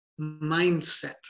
mindset